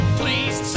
please